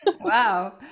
Wow